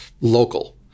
local